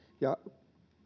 ja